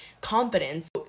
confidence